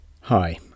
Hi